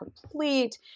complete